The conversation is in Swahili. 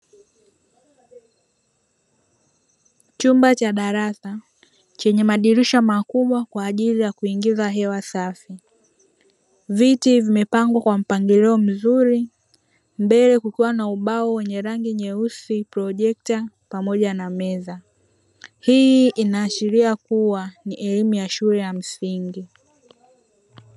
Chumba cha darasa chenye madirisha makubwa kwa ajili ya kuingiza hewa safi. Viti vimepangwa kwa mpangilio mzuri, mbele kukiwa na ubao wenye rangi nyeusi, projekta pamoja na meza. Hii inaashiria kuwa ni elimu ya shule ya msingi.